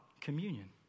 communion